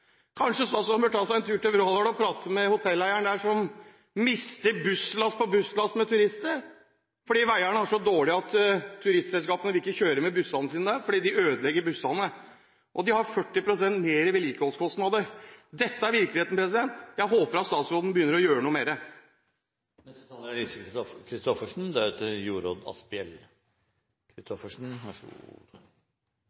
Kanskje statsråden bør ta seg en tur til Vrådal og prate med hotelleieren der, som mister busslast på busslast med turister, fordi veiene er så dårlige at turistselskapene ikke vil kjøre med bussene sine der. De ødelegger bussene, og de har 40 pst. mer vedlikeholdskostnader. Dette er virkeligheten. Jeg håper statsråden begynner å gjøre noe med det. Det er